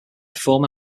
former